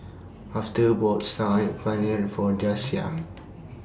Afton bought Saag Paneer For Dasia